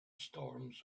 storms